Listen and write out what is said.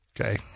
okay